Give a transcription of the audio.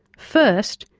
first,